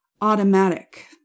automatic